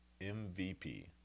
MVP